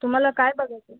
तुम्हाला काय बघायचं आहे